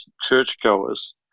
churchgoers